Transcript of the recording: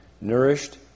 nourished